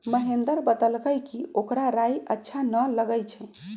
महेंदर बतलकई कि ओकरा राइ अच्छा न लगई छई